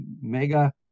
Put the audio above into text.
Mega